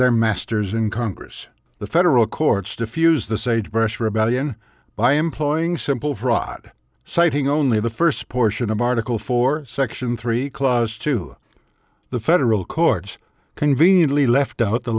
their masters in congress the federal courts diffuse the sagebrush rebellion by employing simple fraud citing only the first portion of article four section three clause to the federal courts conveniently left out the